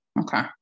Okay